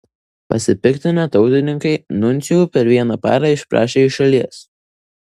pasipiktinę tautininkai nuncijų per vieną parą išprašė iš šalies